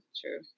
True